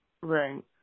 Right